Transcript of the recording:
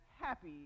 happy